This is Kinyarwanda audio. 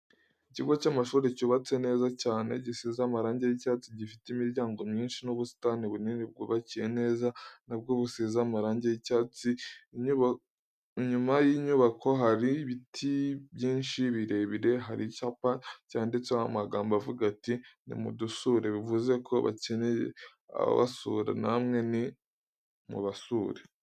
Ikigo cy'amashuri cyubatse neza cyane, gisize amarangi y'icyatsi, gifite imiryango myinshi n'ubusitani bunini bwubakiye neza, na bwo busize amarangi y'icyatsi. inyuma yinyubako, hari biti byinshi birebire, hari icyapa cyanditseho amagambo avuga ati:" Ni mudusure." Bivuze ko bakeneye ababasura, namwe ni mubasure.